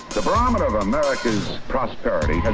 the barometer of america's prosperity